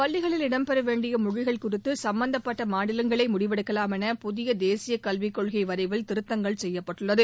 பள்ளிகளில் இடம்பெறவேண்டிய மொழிகள் குறித்து சும்பந்தப்பட்ட மாநிலங்களே முடிவெடுக்கலாம் என புதிய தேசிய கல்விக் கொள்கை வரைவில் திருத்தங்கள் செய்யப்பட்டுள்ளது